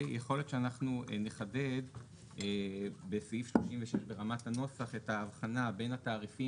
יכול להיות שאנחנו נחדד בסעיף 36 ברמת הנוסח את ההבחנה בין התעריפים